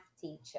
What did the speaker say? teacher